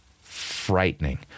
frightening